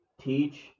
teach